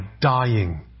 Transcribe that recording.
dying